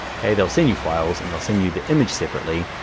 okay, they'll send you files and they'll send you the image separately.